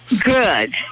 Good